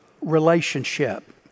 relationship